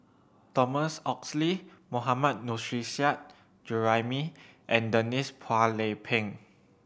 Thomas Oxley Mohammad Nurrasyid Juraimi and Denise Phua Lay Peng